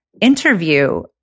interview